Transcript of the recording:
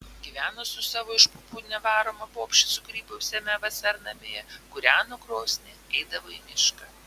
gyveno su savo iš pupų nevaroma bobše sukrypusiame vasarnamyje kūreno krosnį eidavo į mišką